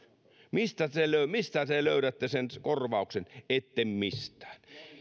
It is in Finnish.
mistä te löydätte korvauksen ette mistään